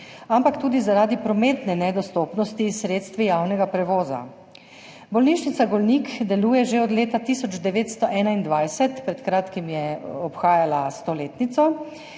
ampak tudi zaradi prometne nedostopnosti s sredstvi javnega prevoza. Bolnišnica Golnik deluje že od leta 1921, pred kratkim je obhajala stoletnico,